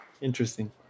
Interesting